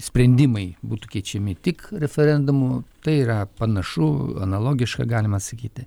sprendimai būtų keičiami tik referendumu tai yra panašu analogiška galima sakyti